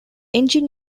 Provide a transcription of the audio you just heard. engine